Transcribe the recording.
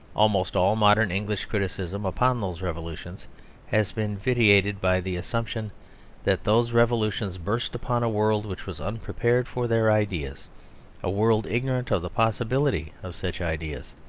almost all modern english criticism upon those revolutions has been vitiated by the assumption that those revolutions burst upon a world which was unprepared for their ideas a world ignorant of the possibility of such ideas.